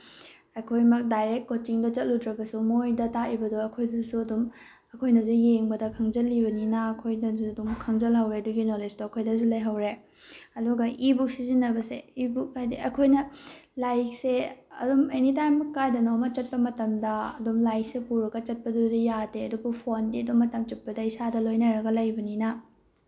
ꯑꯩꯈꯣꯏꯃꯛ direct ꯀꯣꯆꯤꯡꯗꯣ ꯆꯠꯂꯨꯗ꯭ꯔꯒꯁꯨ ꯃꯣꯏꯗ ꯇꯥꯛꯏꯕꯗꯣ ꯑꯩꯈꯣꯏꯗꯁꯨ ꯑꯗꯨꯝ ꯑꯩꯈꯣꯏꯅꯁꯨ ꯌꯦꯡꯕꯗ ꯈꯪꯖꯤꯜꯂꯤꯕꯅꯤꯅ ꯑꯩꯈꯣꯏꯅꯁꯨ ꯑꯗꯨꯝ ꯈꯪꯖꯤꯜꯍꯧꯔꯦ ꯑꯗꯨꯒꯤ ꯅꯣꯂꯦꯖꯇꯣ ꯑꯩꯈꯣꯏꯗꯁꯨ ꯂꯩꯍꯧꯔꯦ ꯑꯗꯨꯒ ꯏꯕꯨꯛ ꯁꯤꯖꯤꯟꯅꯕꯁꯦ ꯏꯕꯨꯛ ꯍꯥꯏꯗꯤ ꯑꯩꯈꯣꯏꯅ ꯂꯥꯏꯔꯤꯛꯁꯦ ꯑꯗꯨꯝ ꯑꯦꯅꯤꯇꯥꯏꯝ ꯀꯥꯏꯗꯅꯣꯃ ꯆꯠꯄ ꯃꯇꯝꯗ ꯑꯗꯨꯝ ꯂꯥꯏꯔꯤꯛꯁꯦ ꯄꯨꯔꯒ ꯆꯠꯄꯗꯨꯗꯤ ꯌꯥꯗꯦ ꯑꯗꯨꯕꯨ ꯐꯣꯟꯗꯤ ꯑꯗꯨꯝ ꯃꯇꯝ ꯆꯨꯞꯄꯗ ꯏꯁꯥꯗ ꯂꯣꯏꯅꯔꯒ ꯂꯩꯕꯅꯤꯅ